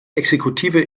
exekutive